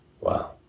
Wow